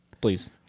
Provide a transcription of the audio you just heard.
Please